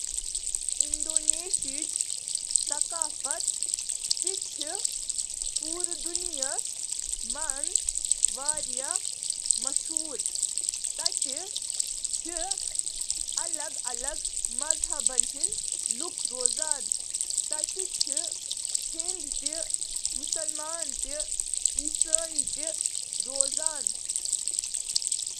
انڈونیشیائی ثقافت چِھ کمیونٹی أندۍ پٔکہٕ مرکوز، اکس درجہٕ بندی ہنٛدس ڈھانچس سۭتۍ۔ انڈونیشیائی باشندٕ چِھ گوٹونگ ریونگ ,باہمی مدد, تہٕ مفاقت ,اتفاق, کس تصورس پیٹھ یقین تھاوان، تہٕ قومی مقصد چُھ بھنیکا ٹنگگل آئیکا ,تنوعس منٛز اتحاد ۔